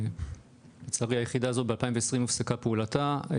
לצערי, היחידה הזאת, ב-2020 הופסקה פעולתה.